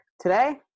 Today